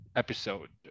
episode